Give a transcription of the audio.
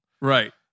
Right